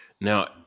now